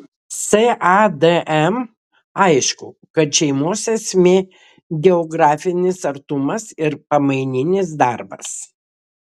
sadm aišku kad šeimos esmė geografinis artumas ir pamaininis darbas